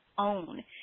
own